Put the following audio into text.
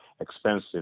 expensive